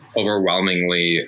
overwhelmingly